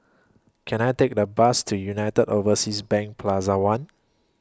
Can I Take A Bus to United Overseas Bank Plaza one